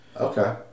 Okay